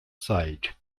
sighed